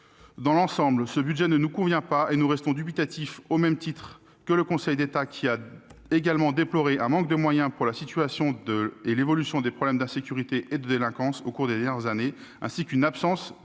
Dans l'ensemble, ce budget ne nous convient pas. Nous restons dubitatifs, au même titre que le Conseil d'État, qui a également déploré un manque de données sur la situation et l'évolution des phénomènes d'insécurité et de délinquance au cours des dernières années, ainsi qu'une absence